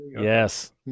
Yes